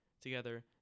Together